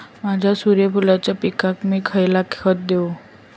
माझ्या सूर्यफुलाच्या पिकाक मी खयला खत देवू?